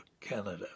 Canada